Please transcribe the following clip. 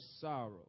sorrow